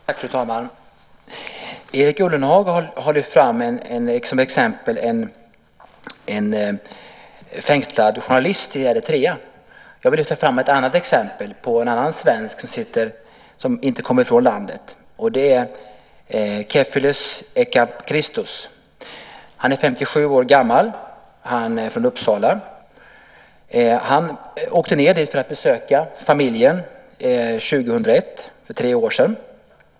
Fru talman! Erik Ullenhag har lyft fram som exempel en fängslad journalist från Eritrea. Jag vill ta upp ett annat exempel. Det gäller en annan svensk, som inte kommer ut från det landet, och det är Kifleyesus Equbacristos. Han är 57 år gammal, han är från Uppsala. Han åkte ned till Eritrea för att besöka familjen år 2001, för tre år sedan.